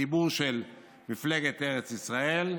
חיבור של מפלגת ארץ ישראל,